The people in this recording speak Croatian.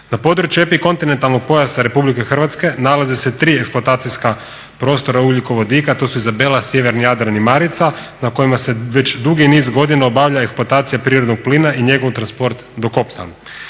Na području epikontinentalnog pojasa Republike Hrvatske nalaze se tri eksploatacijska prostora ugljikovodika, to su Izabela, Sjeverni Jadran i Marica, na kojima se već dugi niz godina obavlja eksploatacija prirodnog plina i njegov transport do kopna.